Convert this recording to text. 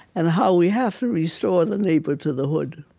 and how we have to restore the neighbor to the hood.